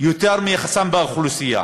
יותר מיחסם באוכלוסייה.